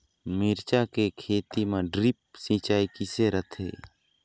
मिरचा के खेती म ड्रिप सिचाई किसे रथे?